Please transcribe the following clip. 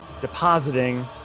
depositing